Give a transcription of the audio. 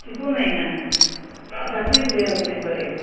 चितूंक जायना जातलें तुगे रोखडें बरें